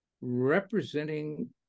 representing